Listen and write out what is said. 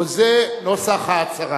וזה נוסח ההצהרה: